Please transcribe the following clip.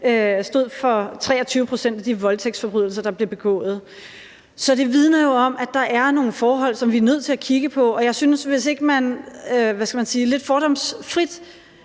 det, 23 pct. af de voldtægtsforbrydelser, der blev begået. Så det vidner jo om, at der er nogle forhold, som vi er nødt til at kigge på. Jeg synes, at hvis ikke man – hvad skal man sige – lidt fordomsfrit